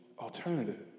alternative